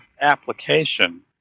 application